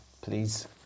Please